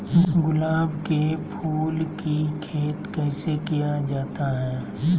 गुलाब के फूल की खेत कैसे किया जाता है?